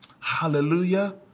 Hallelujah